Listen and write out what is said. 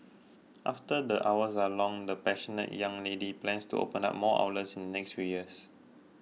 after the hours are long the passionate young lady plans to open up more outlets in next few years